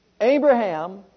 Abraham